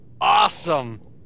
Awesome